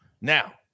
Now